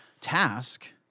task